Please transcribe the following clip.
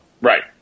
Right